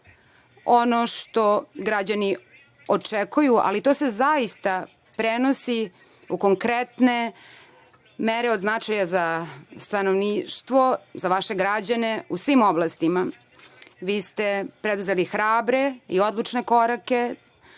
ono što građani očekuju, ali to se zaista prenosi u konkretne mere od značaja za stanovništvo, za vaše građane u svim oblastima, jer vi ste preduzeli hrabre i odlučne korake,